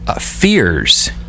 fears